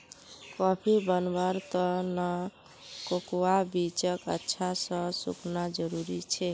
coffee बनव्वार त न कोकोआ बीजक अच्छा स सुखना जरूरी छेक